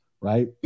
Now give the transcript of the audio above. Right